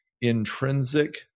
intrinsic